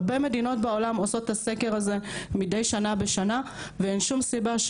הרבה מדינות בעולם עושות את הסקר הזה מידי שנה בשנה ואין שום סיבה,